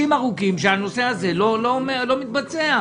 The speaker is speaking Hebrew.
ארוכים הנושא הזה לא מתבצע.